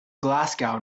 glasgow